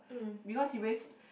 because he always